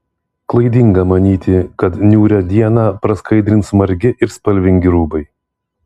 klaidinga manyti kad niūrią dieną praskaidrins margi ir spalvingi rūbai